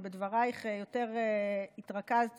ובדברייך יותר התרכזת